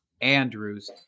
Andrews